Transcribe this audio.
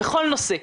בכל נושא,